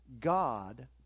God